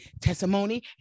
Testimony